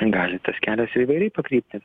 gali tas kelias įvairiai pakrypti